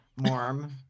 Morm